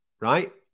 Right